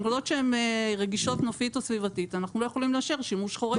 בנקודות שהן רגישות נופית או סביבתית אנחנו לא יכולים לאשר שימוש חורג,